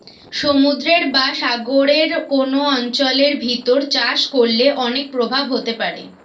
সমুদ্রের বা সাগরের কোন অঞ্চলের ভিতর চাষ করলে অনেক প্রভাব হতে পারে